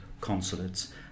consulates